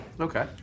Okay